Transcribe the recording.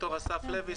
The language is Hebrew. אני אסף לוי,